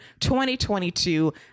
2022